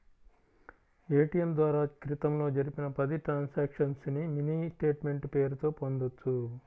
ATM ద్వారా క్రితంలో జరిపిన పది ట్రాన్సక్షన్స్ ని మినీ స్టేట్ మెంట్ పేరుతో పొందొచ్చు